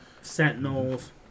Sentinels